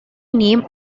name